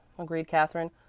agreed katherine.